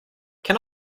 can